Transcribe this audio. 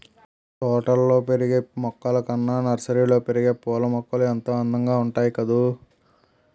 తోటల్లో పెరిగే మొక్కలు కన్నా నర్సరీలో పెరిగే పూలమొక్కలు ఎంతో అందంగా ఉంటాయి కదూ